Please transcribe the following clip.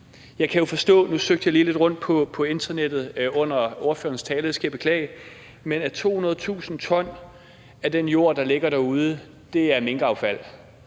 det skal jeg beklage – at 200.000 t af den jord, der ligger derude, er minkaffald.